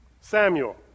Samuel